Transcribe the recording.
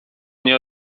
nie